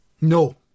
No